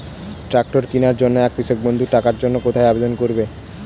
Tractor কিনার জন্য একজন কৃষক বন্ধু টাকার জন্য কোথায় আবেদন করবে?